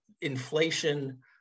inflation